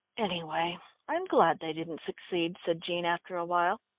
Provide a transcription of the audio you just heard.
anyway i'm glad they didn't succeed, said jean after a while.